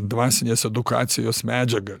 dvasinės edukacijos medžiagą